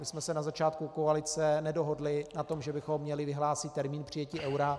My jsme se na začátku koalice nedohodli na tom, že bychom měli vyhlásit termín přijetí eura.